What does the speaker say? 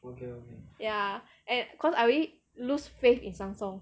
ya and cause I already lose faith in Samsung